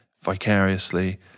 vicariously